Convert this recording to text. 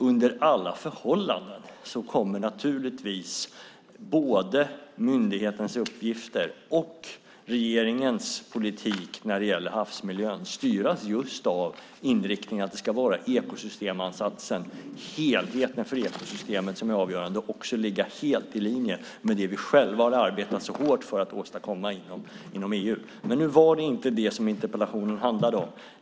Under alla förhållanden kommer naturligtvis både myndighetens uppgifter och regeringens politik när det gäller havsmiljön att styras av inriktningen att det ska vara ekosystemansatsen, helheten för ekosystemet, som är avgörande. Den ska ligga helt i linje med det vi själva har arbetat så hårt för att åstadkomma inom EU. Men nu var det inte det som interpellationen handlade om.